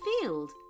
field